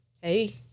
Hey